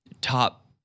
top